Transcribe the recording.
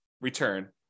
return